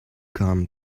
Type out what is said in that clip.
come